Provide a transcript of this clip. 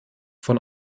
von